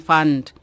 Fund